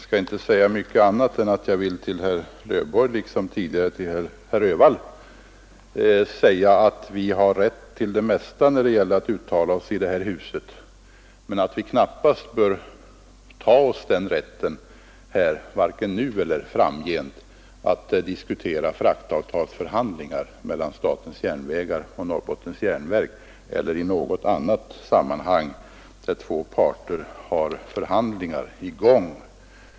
Herr talman! Jag vill till herr Lövenborg liksom tidigare till herr Öhvall säga att vi har rätt att uttala oss om det mesta i det här huset men att vi knappast bör ta oss rätten, vare sig nu eller framgent, att diskutera fraktavtalsförhandlingar mellan statens järnvägar och Norrbottens järnverk eller förhandlingar mellan två parter i något annat sammanhang.